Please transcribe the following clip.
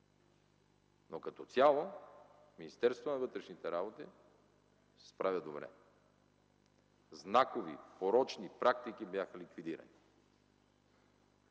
но като цяло Министерството на вътрешните работи се справя добре. Знакови, порочни практики бяха ликвидирани.